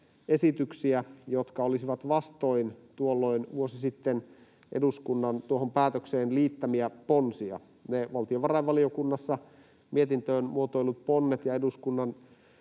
esityksiä, jotka olisivat vastoin tuolloin vuosi sitten eduskunnan tuohon päätökseen liittämiä ponsia. Ne valtiovarainvaliokunnassa mietintöön muotoillut ponnet ja eduskunnan